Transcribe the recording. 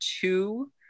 two